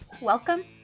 Welcome